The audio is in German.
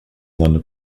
nonne